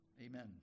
Amen